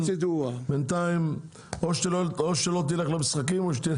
בינתיים או שלא תלך למשחקים.